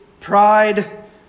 pride